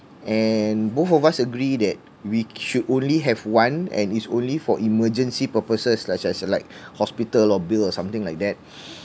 and both of us agree that we should only have one and it's only for emergency purposes such as like hospital or bill or something like that